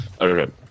Okay